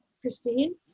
Christine